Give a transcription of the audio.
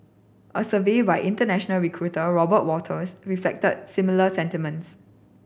a survey by international recruiter Robert Walters reflected similar sentiments